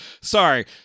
Sorry